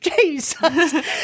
Jesus